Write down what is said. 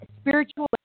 spiritual